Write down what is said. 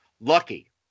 Lucky